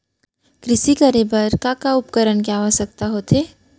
कृषि करे बर का का उपकरण के आवश्यकता होथे?